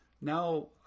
now